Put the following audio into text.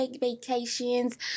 vacations